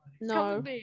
No